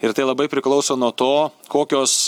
ir tai labai priklauso nuo to kokios